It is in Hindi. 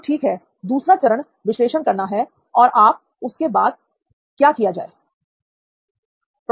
तो ठीक है दूसरा चरण विश्लेषण करना है पर उसके बाद क्या किया जाता है